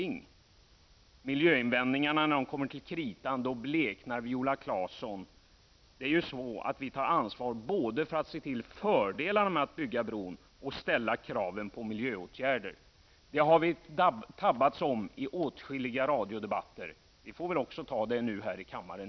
När miljöinvändningarna kommer till kritan bleknar Viola Claesson. Vi tar ansvar både när det gäller att ta till vara fördelarna med att bygga denna bro och när det gäller att ställa krav på miljöåtgärder. Det har vi talat om i åtskilliga radiodebatter, och det får vi göra här i kammaren.